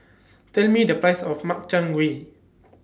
Tell Me The Price of Makchang Gui